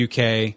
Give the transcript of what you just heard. UK